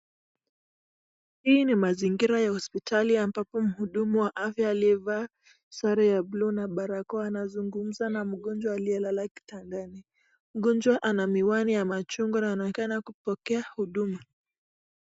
Hii ni mazingira ya hospitali ambapo mhudumu wa afya aliyevaa sare ya buluu na barakoa anazungumza na mgonjwa aliyelala kitandani. Mgonjwa ana miwani ya machungwa na anaonekana kupokea huduma.